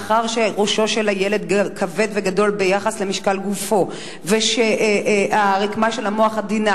מאחר שראשו של הילד כבד וגדול ביחס למשקל גופו והרקמה של המוח עדינה,